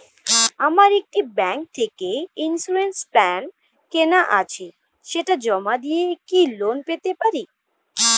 আমার একটি ব্যাংক থেকে ইন্সুরেন্স প্ল্যান কেনা আছে সেটা জমা দিয়ে কি লোন পেতে পারি?